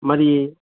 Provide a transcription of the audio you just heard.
మరి